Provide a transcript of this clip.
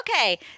Okay